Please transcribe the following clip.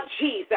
Jesus